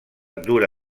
dura